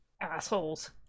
assholes